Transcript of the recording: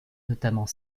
notamment